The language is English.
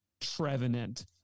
Trevenant